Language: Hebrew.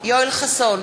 יואל חסון,